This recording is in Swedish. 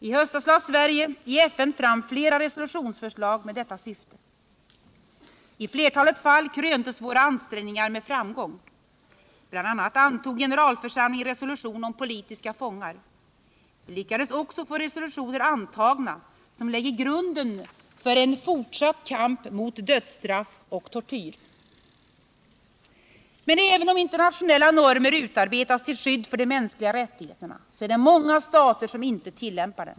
I höstas lade Sverige i FN fram flera resolutionsförslag med detta syfte. I flertalet fall kröntes våra ansträngningar med framgång. Bl.a. antog generalförsamlingen en resolution om politiska fångar. Vi lyckades också få resolutioner antagna som lägger grunden för en fortsatt kamp mot dödsstraff och tortyr. Men även om internationella normer utarbetas till skydd för de mänskliga rättigheterna, så är det många stater som inte tillämpar dem.